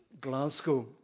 Glasgow